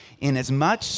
inasmuch